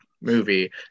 movie